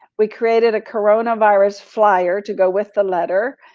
we created a corona virus flyer to go with the letter.